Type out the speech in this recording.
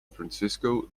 francisco